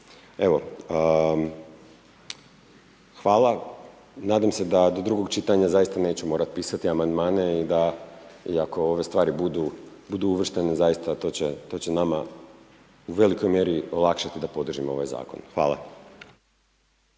Evo, hvala. Nadam se da do drugog čitanja zaista neću morati pisati amandmane i ako ove stvari budu uvrštene zaista to će nama u velikoj mjeri olakšati da podržimo ovaj zakon. Hvala.